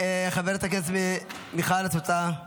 חברת הכנסת מיכל, את רוצה --- לא.